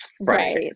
right